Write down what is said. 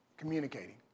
Communicating